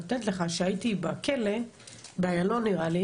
הייתי בכלא ב"איילון" נראה לי